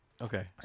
Okay